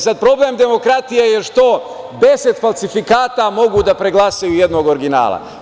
Sad, problem demokratije je što deset falsifikata mogu da preglasaju jednog originala.